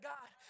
God